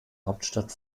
hauptstadt